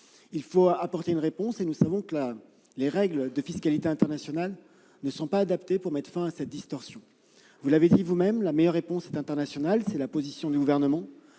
Il faut apporter une réponse. Nous le savons, les règles de la fiscalité internationale ne sont pas adaptées pour mettre fin à cette distorsion. Vous l'avez dit vous-même, la meilleure réponse est internationale : telle est la position du Gouvernement.